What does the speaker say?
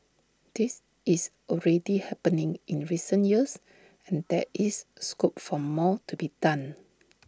this is already happening in recent years and there is scope for more to be done